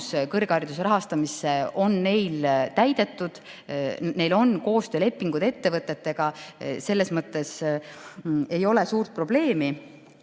kõrghariduse rahastamisse on neil täidetud. Neil on koostöölepingud ettevõtetega. Selles mõttes ei ole suurt probleemi.